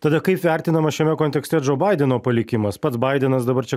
tada kaip vertinama šiame kontekste džo baideno palikimas pats baidenas dabar čia